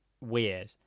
weird